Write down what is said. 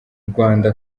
rwanda